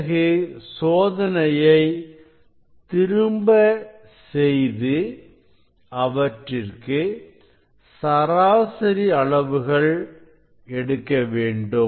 பிறகு சோதனையை திரும்ப செய்து அவற்றிற்கு சராசரி அளவுகள் எடுக்க வேண்டும்